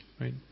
right